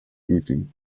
evening